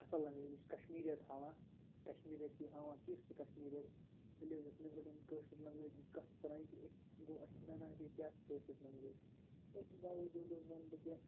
اَصٕل لنٛگویج یہِ چھِ کشمیٖریت ہاوان کشمریت چھِ یہِ ہاوان کِژھ چھِ کَشمیٖریت ییٚلہِ حظ أسۍ نٮ۪برٕ کَنۍ کٲشِر لنٛگویج ہِنٛز کَتھ چھِ کَران گوٚۄ أسۍ چھِ نَنان کہ کیاہ چھِ کٲشِر لنٛگویج أتھۍ باوُجوٗد اوسُس بہٕ وَنان کہ